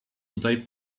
tutaj